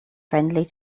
friendly